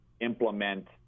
implement